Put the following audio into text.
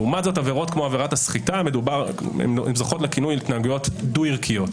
לעומת זאת עבירות כמו עבירת הסחיטה זוכות לכינוי "התנהגויות דו-ערכיות".